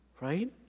right